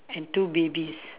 and two babies